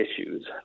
issues